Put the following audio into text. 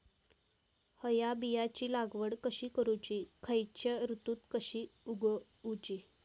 हया बियाची लागवड कशी करूची खैयच्य ऋतुत कशी उगउची?